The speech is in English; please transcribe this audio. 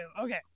Okay